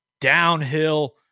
downhill